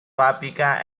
paprika